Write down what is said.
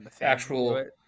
Actual